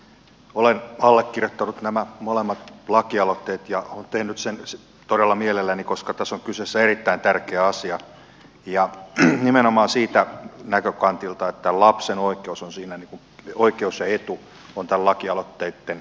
olen allekirjoittanut nämä molemmat lakialoitteet ja olen tehnyt sen todella mielelläni koska tässä on kyseessä erittäin tärkeä asia nimenomaan siltä näkökantilta että lapsen oikeus ja etu on näiden lakialoitteitten kärkenä